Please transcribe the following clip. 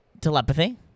telepathy